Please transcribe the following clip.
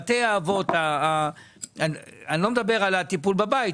אני לא מדבר על הטיפול בבית,